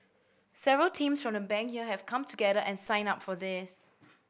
several teams from the Bank have come together and signed up for this